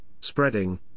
spreading